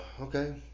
Okay